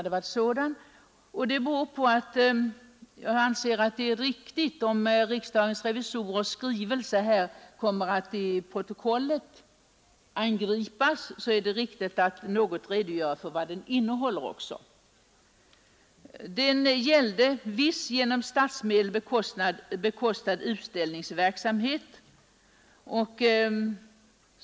Då ett angrepp mot riksdagens revisorers skrivelse nu kommer att inflyta i kammarens protokoll, vill jag i klarhetens intresse något redogöra för vad denna skrivelse innehåller. Skrivelsen gäller viss med statsmedel bekostad utställningsverksamhet.